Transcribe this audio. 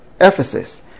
Ephesus